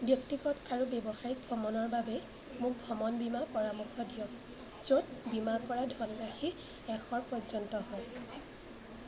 ব্যক্তিগত আৰু ব্যৱসায়িক ভ্ৰমণৰ বাবে মোক ভ্ৰমণ বীমাৰ পৰামৰ্শ দিয়ক য'ত বীমা কৰা ধনৰাশি এশৰ পৰ্যন্ত হয়